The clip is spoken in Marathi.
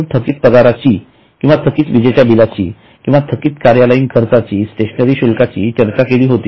आपण थकीत पगाराची किंवा थकीत विजेच्या बिलाची किंवा थकीत कार्यालयीन खर्चाची स्टेशनरी शुल्काची चर्चा केली होती